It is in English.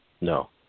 No